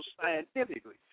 scientifically